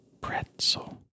Pretzel